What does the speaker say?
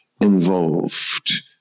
involved